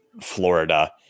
Florida